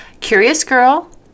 CuriousGirl